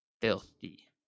filthy